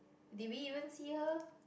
did we even see her